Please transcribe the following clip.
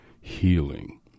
healing